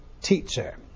teacher